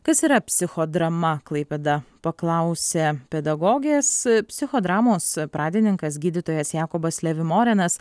kas yra psichodrama klaipėda paklausė pedagogės psichodramos pradininkas gydytojas jakobas levimorenas